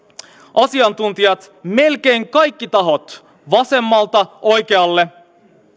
asiantuntijat melkein kaikki tahot vasemmalta oikealle